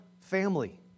family